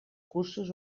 cursos